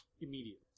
immediately